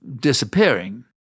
disappearing